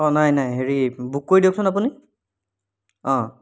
অঁ নাই নাই হেৰি বুক কৰি দিয়কচোন আপুনি অঁ